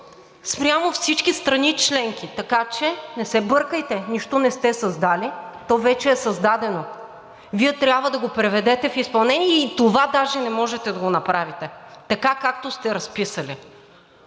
спрямо всички страни членки, така че не се бъркайте, нищо не сте създали, то вече е създадено. Вие трябва да го приведете в изпълнение и това даже не можете да направите така, както сте разписали.